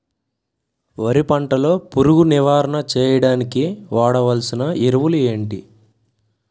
వరి పంట లో పురుగు నివారణ చేయడానికి వాడాల్సిన ఎరువులు ఏంటి?